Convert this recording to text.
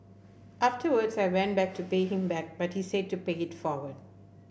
afterwards I went back to pay him back but he said to pay it forward